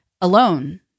alone